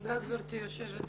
תודה גברתי יושבת הראש.